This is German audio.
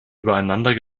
übereinander